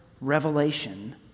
revelation